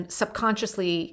subconsciously